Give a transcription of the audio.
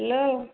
hello